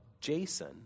Jason